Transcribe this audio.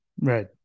Right